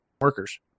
workers